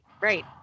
right